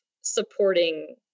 supporting